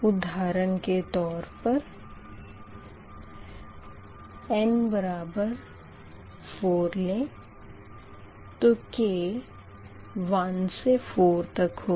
उधारण के तौर पर n बराबर 4 लें तो k 1 से 4 तक होगा